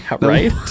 right